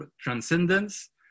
transcendence